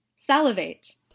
salivate